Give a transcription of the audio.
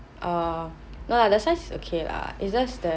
ah no lah the size okay lah it's just that